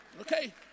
Okay